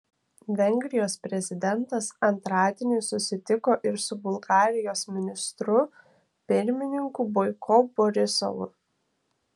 vengrijos prezidentas antradienį susitiko ir su bulgarijos ministru pirmininku boiko borisovu